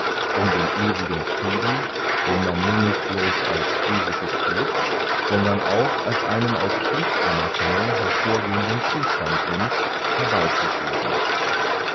um den ewigen frieden den man nun nicht bloß als physisches gut sondern auch als einen aus pflichtanerkennung hervorgehenden zustand wünscht herbeyzuführen